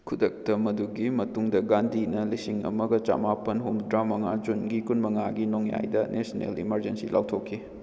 ꯈꯨꯗꯛꯇ ꯃꯗꯨꯒꯤ ꯃꯇꯨꯡꯗ ꯒꯥꯟꯙꯤꯅ ꯂꯤꯁꯤꯡ ꯑꯃꯒ ꯆꯃꯥꯄꯟ ꯍꯨꯝꯐꯨꯇꯔꯥꯃꯉꯥ ꯖꯨꯟꯒꯤ ꯀꯨꯟꯃꯉꯥꯒꯤ ꯅꯣꯡꯌꯥꯏꯗ ꯅꯦꯁꯅꯦꯜ ꯏꯃꯥꯔꯖꯦꯟꯁꯤ ꯂꯥꯎꯊꯣꯛꯈꯤ